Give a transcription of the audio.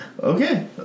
Okay